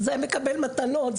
זה מקבל מתנות,